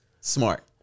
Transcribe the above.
smart